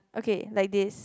okay like this